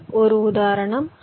இது ஒரு உதாரணம்